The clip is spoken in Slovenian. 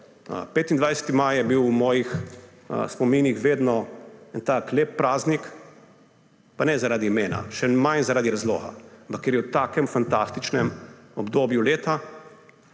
25. maj je bil v mojih spominih vedno en tak lep praznik, pa ne zaradi imena, še manj zaradi razloga, ampak ker je v takem fantastičnem obdobju leta.